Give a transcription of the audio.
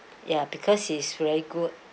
ya because he's very good